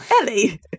ellie